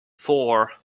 four